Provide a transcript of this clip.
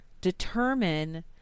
determine